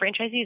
franchisees